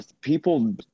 people